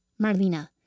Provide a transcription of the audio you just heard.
Marlena